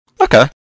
Okay